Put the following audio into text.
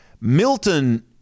Milton